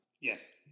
Yes